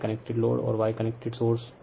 Y connected load और Y connected source